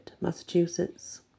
Massachusetts